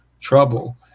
trouble